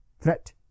threat